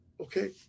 Okay